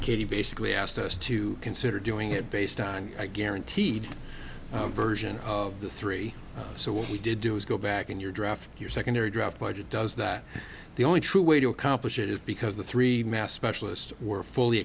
e basically asked us to consider doing it based on a guaranteed version of the three so what we did do is go back in your draft your secondary draft but it does that the only true way to accomplish it is because the three mass spec list were fully